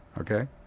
Okay